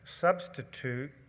substitute